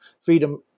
freedom